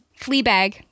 Fleabag